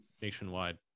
nationwide